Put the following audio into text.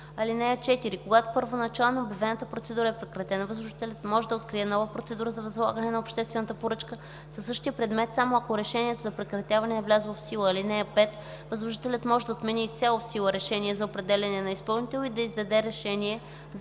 година. (4) Когато първоначално обявената процедура е прекратена, възложителят може да открие нова процедура за възлагане на обществена поръчка със същия предмет само ако решението за прекратяване е влязло в сила. (5) Възложителят може да отмени влязлото в сила решение за определяне на изпълнител и да издаде решение за прекратяване на процедурата, когато